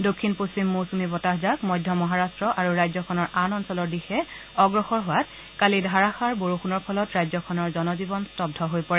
দক্ষিণ পশ্চিম মৌচুমী বতাহজাক মধ্য মহাৰাট্ট আৰু ৰাজ্যখনৰ আন অঞ্চলৰ দিশে অগ্ৰসৰ হোৱাত কালি ধাৰাষাৰ বৰষুণৰ ফলত ৰাজ্যখনৰ জনজীৱন স্তৰূ হৈ পৰে